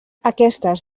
aquestes